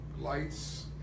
lights